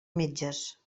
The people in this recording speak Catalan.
metges